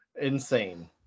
insane